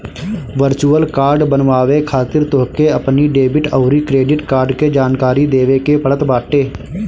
virtual card बनवावे खातिर तोहके अपनी डेबिट अउरी क्रेडिट कार्ड के जानकारी देवे के पड़त बाटे